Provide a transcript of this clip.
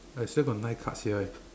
I still got nine cards here eh